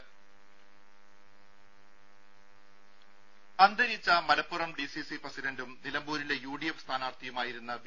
രും അന്തരിച്ച മലപ്പുറം ഡിസിസി പ്രസിഡന്റും നിലമ്പൂരിലെ യുഡിഎഫ് സ്ഥാനാർഥിയുമായിരുന്ന വി